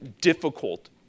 difficult